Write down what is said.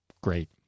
great